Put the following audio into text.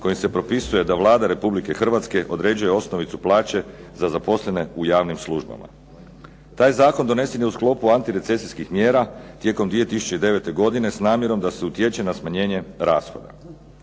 kojim se propisuje da Vlada Republike Hrvatske određuje osnovice plaće za zaposlene u javnim službama. Taj zakon donesen je u sklopu antirecesijskih mjera tijekom 2009. godine s namjerom da se utječe na smanjenje rashoda.